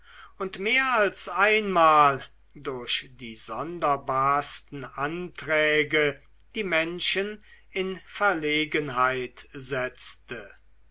und mehr als einmal durch die sonderbarsten anträge die menschen in verlegenheit setzte